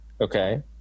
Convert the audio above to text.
okay